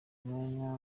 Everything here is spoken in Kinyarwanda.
umwanya